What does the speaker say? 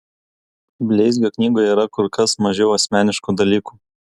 bleizgio knygoje yra ir kur kas mažiau asmeniškų dalykų